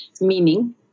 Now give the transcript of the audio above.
meaning